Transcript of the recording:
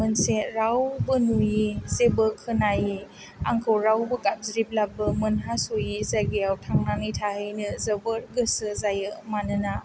मोनसे रावबो नुयि जेबो खोनायै आंखौ रावबो गाबज्रिब्लाबो मोनहासयै जायगायाव थांनानै थाहैनो जोबोर गोसो जायो मानोना